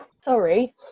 Sorry